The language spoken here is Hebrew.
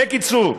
בקיצור,